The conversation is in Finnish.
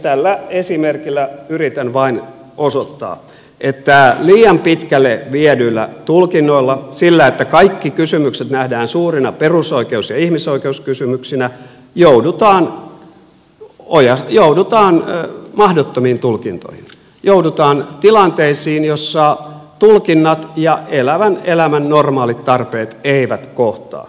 tällä esimerkillä yritän vain osoittaa että liian pitkälle viedyillä tulkinnoilla sillä että kaikki kysymykset nähdään suurina perusoikeus ja ihmisoikeuskysymyksinä joudutaan mahdottomiin tulkintoihin joudutaan tilanteisiin joissa tulkinnat ja elävän elämän normaalit tarpeet eivät kohtaa